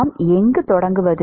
நாம் எங்கு தொடங்குவது